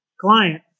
client